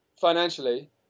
financially